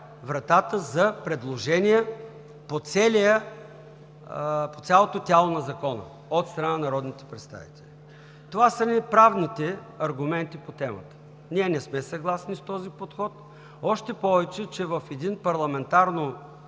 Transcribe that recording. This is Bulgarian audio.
вратата за предложения по цялото тяло на Закона от страна на народните представители. Това са ни правните аргументи по темата. Ние не сме съгласни с този подход. Още повече че в един парламентарно